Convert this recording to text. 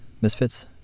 Misfits